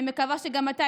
אני מקווה שגם אתה,